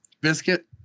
Biscuit